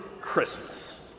Christmas